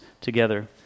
together